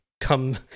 come